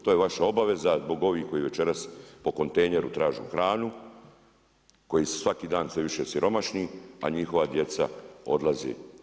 To je vaša obaveza zbog ovih koji večeras po kontejneru traže hranu, koji su svaki dan sve više siromašni, a njihova djeca odlaze.